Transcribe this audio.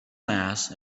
mass